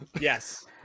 Yes